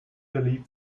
believe